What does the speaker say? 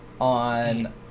on